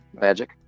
magic